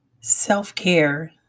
self-care